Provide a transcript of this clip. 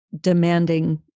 Demanding